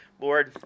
Lord